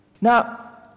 Now